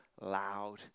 loud